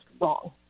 wrong